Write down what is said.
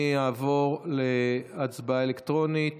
אני אעבור להצבעה אלקטרונית.